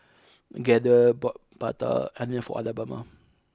Gaither bought Prata Onion for Alabama